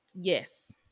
Yes